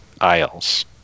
Isles